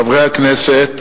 חברי הכנסת,